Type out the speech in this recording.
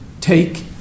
take